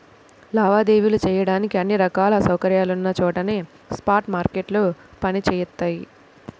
లావాదేవీలు చెయ్యడానికి అన్ని రకాల సౌకర్యాలున్న చోటనే స్పాట్ మార్కెట్లు పనిచేత్తయ్యి